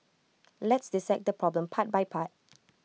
let's dissect the problem part by part